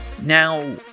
Now